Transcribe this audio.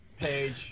page